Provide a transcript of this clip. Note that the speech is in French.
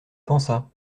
pensa